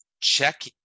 check